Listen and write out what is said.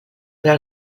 però